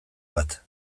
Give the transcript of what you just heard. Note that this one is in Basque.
bat